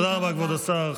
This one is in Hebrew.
תודה רבה, כבוד השר.